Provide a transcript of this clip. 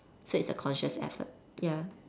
so it's a conscious effort ya